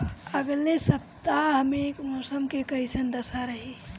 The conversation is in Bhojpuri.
अलगे सपतआह में मौसम के कइसन दशा रही?